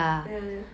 ya